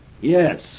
Yes